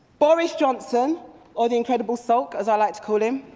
boris johnson or the incredible sulk, as i like to call him,